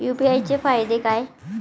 UPI चे फायदे काय?